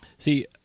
See